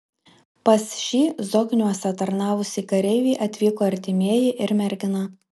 pas šį zokniuose tarnavusį kareivį atvyko artimieji ir mergina